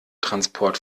transport